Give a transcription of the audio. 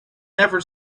never